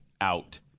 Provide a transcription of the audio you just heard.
out